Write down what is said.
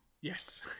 Yes